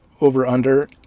over-under